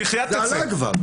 זה עלה כבר.